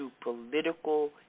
political